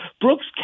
Brooks